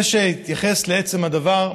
לפני שאתייחס לעצם הדבר,